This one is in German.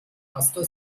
pastor